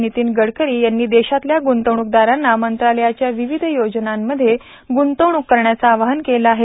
नितीन गडकरी यांनी देशातल्या ग्तवणूकदारांना मंत्रालयाच्या विविध योजनांमध्ये ग्तवणूक करण्याचं आवाहन केलं आहे